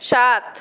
সাত